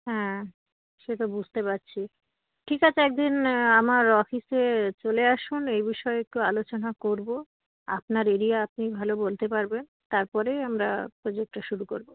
হ্যাঁ সে তো বুঝতে পাচ্ছি ঠিক আছে একদিন আমার অফিসে চলে আসুন এই বিষয়ে একটু আলোচনা করব আপনার এরিয়া আপনি ভালো বলতে পারবেন তারপরেই আমরা প্রোজেক্টটা শুরু করব